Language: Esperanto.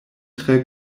tre